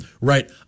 Right